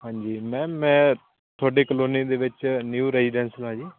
ਹਾਂਜੀ ਮੈਮ ਮੈਂ ਤੁਹਾਡੇ ਕਲੋਨੀ ਦੇ ਵਿੱਚ ਨਿਊ ਰੈਜੀਡੈਂਸ ਹਾਂ ਜੀ